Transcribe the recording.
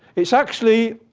it's actually